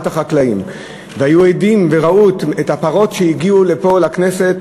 החקלאים והיו עדים וראו את הפרות שהגיעו לכנסת,